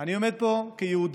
אני עומד פה כיהודי